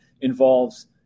involves